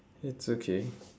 it's okay